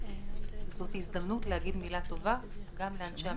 זו הזדמנות להגיד מילה טובה גם לאנשי המקצוע.